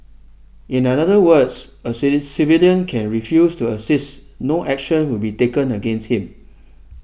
in other words a civilian can refuse to assist no action will be taken against him